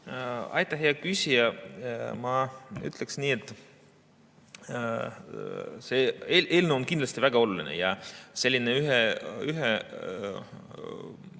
Aitäh, hea küsija! Ma ütleksin nii, et see eelnõu on kindlasti väga oluline ja selline ühe